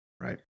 Right